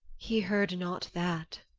he heard not that.